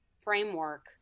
framework